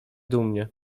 dumnie